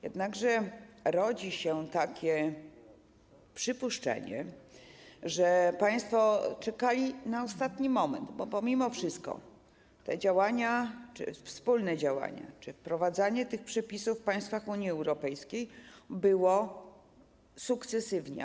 Jednakże rodzi się takie przypuszczenie, że państwo czekali na ostatni moment, bo mimo wszystko te działania, czy wspólne działania, czy też wprowadzanie tych przepisów w państwach Unii Europejskiej odbywało się sukcesywnie.